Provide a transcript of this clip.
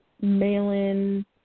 mail-in